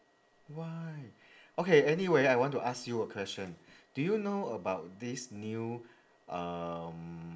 why okay anyway I want to ask you a question do you know about this new um